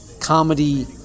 comedy